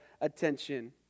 attention